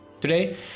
Today